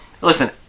listen